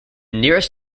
nearest